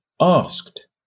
asked